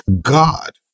God